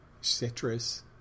citrus